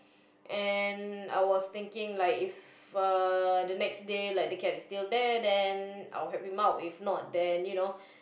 and I was thinking like if uh the next day like the cat is still there then I will help him out if not then you know